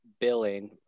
billing